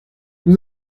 nous